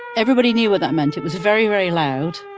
everybody knew what that meant. it was very, very loud,